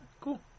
Cool